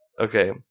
okay